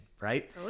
right